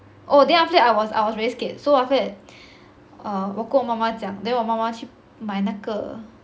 oh then after that I was I was very scared so after that err 我跟我妈妈讲 then 我妈妈去买那个